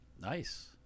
nice